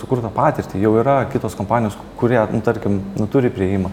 sukurtą patirtį jau yra kitos kompanijos kurie tarkim turi priėjimą